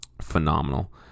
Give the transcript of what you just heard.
Phenomenal